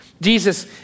Jesus